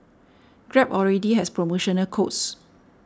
grab already has promotional codes